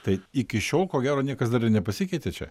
tai iki šiol ko gero niekas dar ir nepasikeitė čia